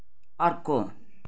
अर्को